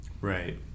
Right